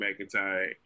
McIntyre